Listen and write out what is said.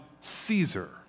Caesar